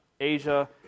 Asia